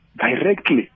directly